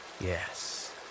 Yes